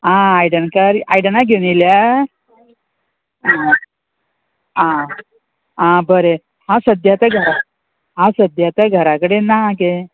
आं आयदनकार आयदनाक घेवन येल्या आ आ बरें हांव सद्द्या ते घरा हांव सद्याताय घरा कडे ना गे